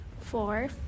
Four